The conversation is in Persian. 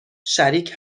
شریک